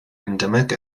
endemic